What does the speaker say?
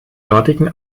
dortigen